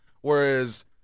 whereas